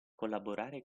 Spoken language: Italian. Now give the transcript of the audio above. collaborare